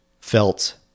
felt